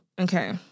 Okay